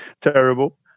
Terrible